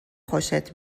خوشت